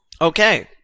Okay